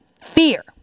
fear